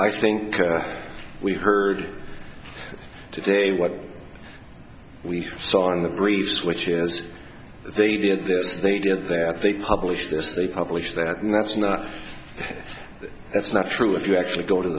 i think we heard today what we saw in the briefs which is they did this they did that they publish this they publish that and that's not that's not true if you actually go to